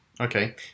Okay